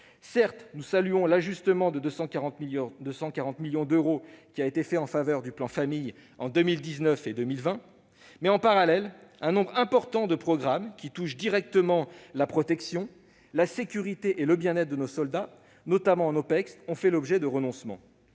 Certes, nous saluons l'ajustement de 240 millions d'euros fait en faveur du plan Famille en 2019 et en 2020, mais, en parallèle, un nombre important de programmes qui touchent directement la protection, la sécurité et le bien-être de nos soldats, notamment ceux qui sont engagés en OPEX, ont fait l'objet de renoncements.